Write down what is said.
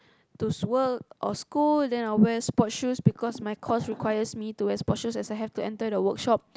to work or school then I'll wear sports shoes because my course requires me to wear sport shoes as I have to enter the workshop